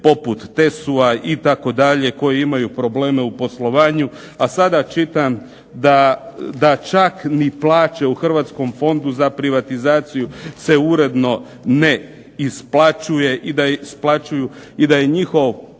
poput TSU-a itd. koji imaju probleme u poslovanju, a sada čitam da čak niti plaće u Hrvatskom fondu za privatizaciju se uredno ne isplaćuju i da je njihov